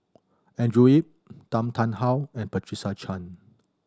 Andrew Yip Tan Tarn How and Patricia Chan